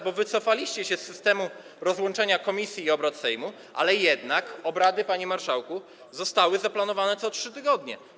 Bo wycofaliście się z systemu rozłączenia komisji i obrad Sejmu, ale jednak obrady, panie marszałku, zostały zaplanowane co 3 tygodnie.